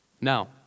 Now